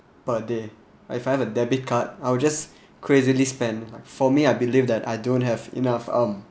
per day but if I have a debit card I will just crazily spend like for me I believe that I don't have enough um